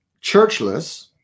churchless